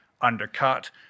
undercut